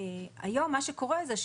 היום מה שקורה זה,